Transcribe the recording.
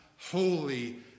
holy